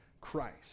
Christ